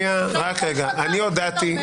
מה אתה אומר?